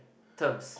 terms